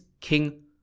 King